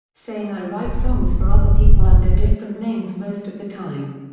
saying i write songs for other people under different names most of the time.